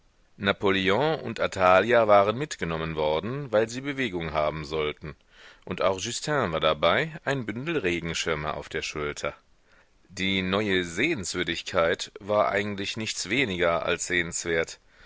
napoleon und athalia waren mitgenommen worden weil sie bewegung haben sollten und auch justin war dabei ein bündel regenschirme auf der schulter die neue sehenswürdigkeit war eigentlich nichts weniger als sehenswert